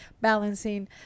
balancing